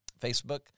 Facebook